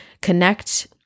connect